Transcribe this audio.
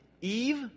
Eve